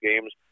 games